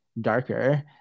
darker